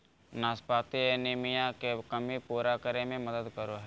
नाशपाती एनीमिया के कमी पूरा करै में मदद करो हइ